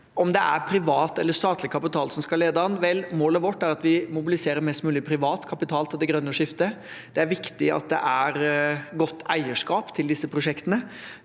Om det er privat eller statlig kapital som skal lede an – vel, målet vårt er at vi mobiliserer mest mulig privat kapital til det grønne skiftet. Det er viktig at det er godt eierskap til disse prosjektene.